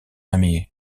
ami